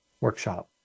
workshop